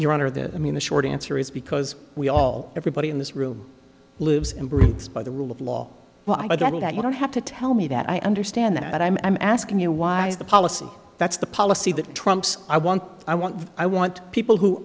your honor the i mean the short answer is because we all everybody in this room lives and breathes by the rule of law well i don't have to tell me that i understand that i'm asking you why is the policy that's the policy that trumps i want i want i want people who